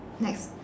next